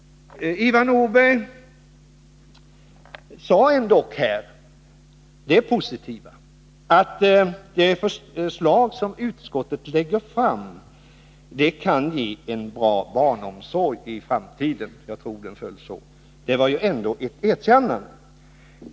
Ivar Nordberg sade ändock här det positiva att det förslag som utskottet lägger fram kan innebära en bra barnomsorg i framtiden — jag tror att orden föll på det sättet. Det var ju ändå ett erkännande.